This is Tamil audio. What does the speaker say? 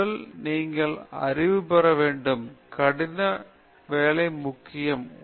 முதல் நீங்கள் அறிவு பெற வேண்டும் கடின வேலை முக்கியம்